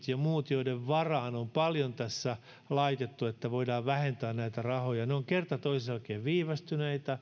ja muut joiden varaan on paljon tässä laitettu että voidaan vähentää rahoja ovat kerta toisensa jälkeen viivästyneet